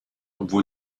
obwohl